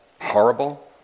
horrible